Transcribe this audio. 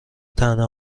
طعنه